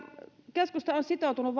keskusta on sitoutunut